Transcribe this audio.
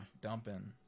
dumping